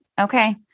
okay